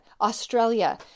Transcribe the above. Australia